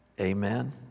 amen